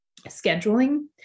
scheduling